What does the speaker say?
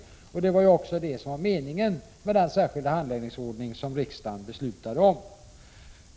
Detta var också meningen med den särskilda handläggningsordning som riksdagen beslutat om.